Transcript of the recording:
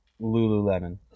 Lululemon